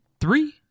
three